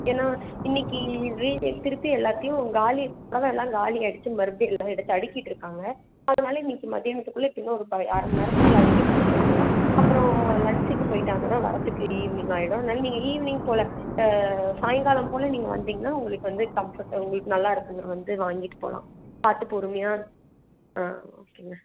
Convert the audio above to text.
ஏன்னால் இன்றைக்கி ரீ திருப்பி எல்லாத்தையும் காலி புடவ எல்லாம் காலியாகிடிச்சின்னு மறுபடியும் எல்லாம் எடுத்து அடுக்கிட்டிருக்காங்க அதனால் இன்றைக்கி மத்தியானத்துக்குள்ள எப்படியும் ஒரு அரை மணி நேரத்துக்குள்ளே அடுக்கி முடிச்சிடுவாங்க அப்புறம் லன்ச்சுக்கு போய்விட்டாங்கன்னா வரத்துக்கு ஈவினிங் ஆகிடும் அதனால் நீங்கள் ஈவினிங் போல ஆ சாயங்காலம் போல நீங்கள் வந்தீங்கன்னால் உங்குளுக்கு வந்து கம்ஃபர்ட் உங்களுக்கு வந்து நல்லாயிருக்குங்க வந்து வாங்கிட்டு போகலாம் பார்த்து பொறுமையாக ஆ ஓகேங்க